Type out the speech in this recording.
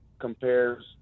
compares